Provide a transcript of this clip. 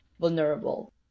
vulnerable